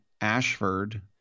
Ashford